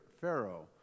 Pharaoh